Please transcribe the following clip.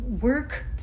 work